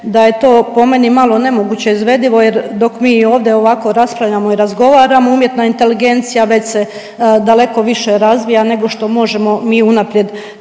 da je to po meni malo nemoguće izvedivo jer dok mi ovdje ovako raspravljamo i razgovaramo umjetna inteligencija već se daleko više razvija nego što možemo mi unaprijed